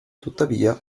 tuttavia